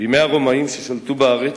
בימי הרומאים ששלטו בארץ,